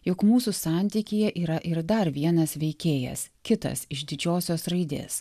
jog mūsų santykyje yra ir dar vienas veikėjas kitas iš didžiosios raidės